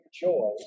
joy